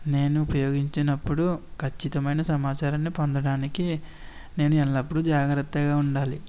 నేను ఉపయోగించినప్పుడు ఖచ్చితమైన సమాచారాన్ని పొందడానికి నేను ఎల్లప్పుడు జాగ్రత్తగా ఉండాలి